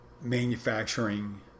manufacturing